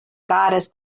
goddess